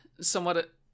somewhat